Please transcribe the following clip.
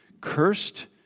Cursed